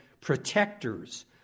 protectors